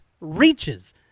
reaches